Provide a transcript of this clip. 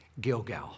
Gilgal